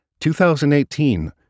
2018